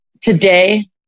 today